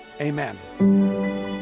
amen